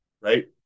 right